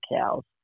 cows